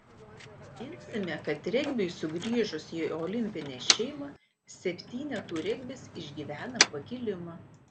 priminsime kad regbiui sugrįžus į olimpinę šeimą septynetų regbis išgyvena pakilimą